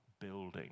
building